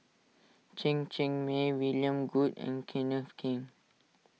Chen Cheng Mei William Goode and Kenneth Keng